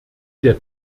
der